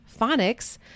phonics